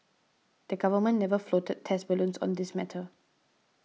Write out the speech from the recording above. the Government never floated test balloons on this matter